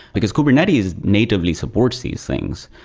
because kubernetes natively supports these things,